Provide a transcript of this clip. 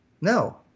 no